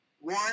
one